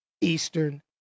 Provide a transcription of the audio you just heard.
Eastern